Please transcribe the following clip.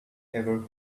ever